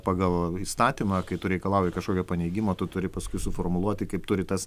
pagal įstatymą kai tu reikalauji kažkokio paneigimo tu turi paskui suformuluoti kaip turi tas